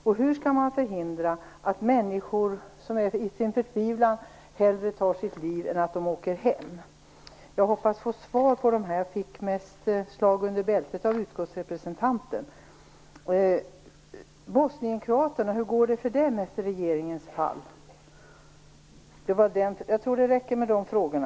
Och hur skall man förhindra att människor i förtvivlan hellre tar sitt liv än åker hem? Jag hoppas få svar. Jag fick mest slag under bältet av utskottsrepresentanten. Hur går det för bosnienkroaterna efter regeringens fall? Jag tror att det räcker med de frågorna.